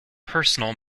personal